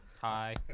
Hi